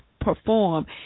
perform